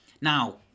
Now